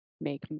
make